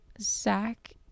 Zach